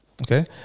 okay